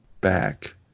back